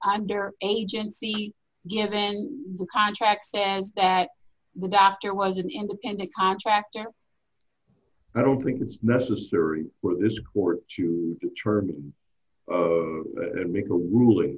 under agency given the contract says that the doctor was an independent contractor i don't think it's necessary for this court to determine and make a ruling